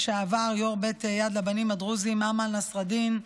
לשעבר יו"ר בית יד לבנים הדרוזים, אמל נסראלדין,